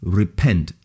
repent